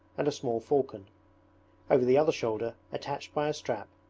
and a small falcon over the other shoulder, attached by a strap,